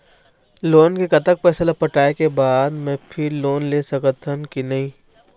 Loan के कतक पैसा ला पटाए के बाद मैं फिर लोन ले सकथन कि नहीं?